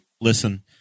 Listen